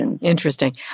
Interesting